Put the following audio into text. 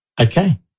Okay